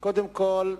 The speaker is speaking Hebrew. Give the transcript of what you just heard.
קודם כול,